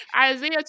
Isaiah